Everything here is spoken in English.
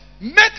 Make